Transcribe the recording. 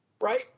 Right